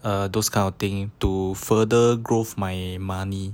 err those kind of thing to further growth my money